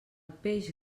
peix